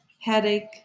headache